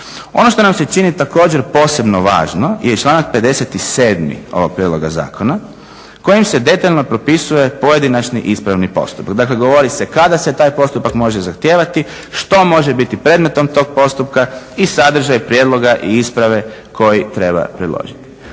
Ono što nam se čini također posebno važno je i članak 57. ovog prijedloga zakona kojim se detaljno propisuje pojedinačni ispravni postupak. Dakle, govori se kada se taj postupak može zahtijevati, što može biti predmetom tog postupka i sadržaj prijedloga i isprave koji treba predložiti.